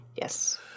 yes